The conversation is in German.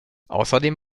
außerdem